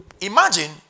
Imagine